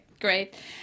great